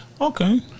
Okay